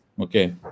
Okay